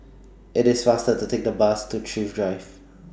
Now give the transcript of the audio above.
IT IS faster to Take The Bus to Thrift Drive